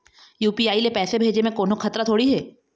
UPI ले पैसे भेजे म कोन्हो खतरा थोड़ी हे?